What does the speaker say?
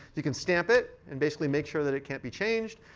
you can stamp it, and basically make sure that it can't be changed,